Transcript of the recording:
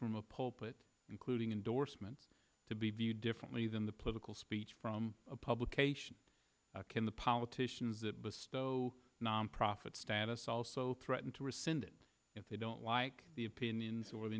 from a pulpit including endorsement to be viewed differently than the political speech from a publication in the politicians that bestow nonprofit status also threaten to rescind it if they don't like the opinions or the